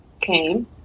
came